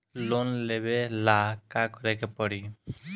Loan लेवे ला का करे के पड़ी?